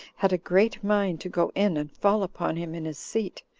had a great mind to go in, and fall upon him in his seat,